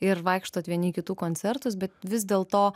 ir vaikštot vieni į kitų koncertus bet vis dėl to